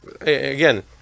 again